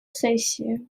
сессии